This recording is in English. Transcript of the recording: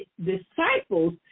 disciples